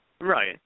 Right